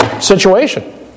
situation